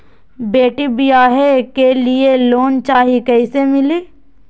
बेटी ब्याह के लिए लोन चाही, कैसे मिली?